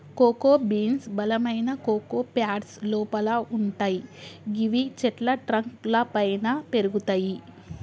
cocoa beans బలమైన cocoa pods లోపల వుంటయ్ గివి చెట్ల ట్రంక్ లపైన పెరుగుతయి